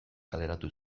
kaleratu